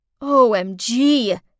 OMG